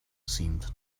seemed